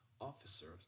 officers